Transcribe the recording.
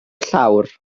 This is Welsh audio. llawr